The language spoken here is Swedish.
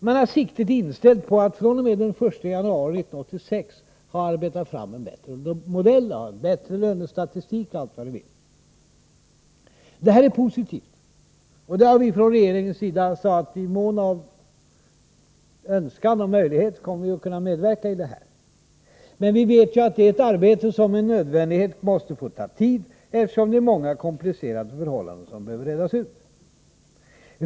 Man har siktet inställt på att fr.o.m. den 1 januari 1986 ha arbetat fram en bättre modell, en bättre lönestatistik och allt vad ni vill. Detta är positivt. Vi har från regeringens sida sagt att vi i mån av önskan och möjligheter kommer att kunna medverka i det här. Men vi vet att det är ett arbete som med nödvändighet måste få ta tid, eftersom det är många komplicerade förhållanden som behöver redas ut.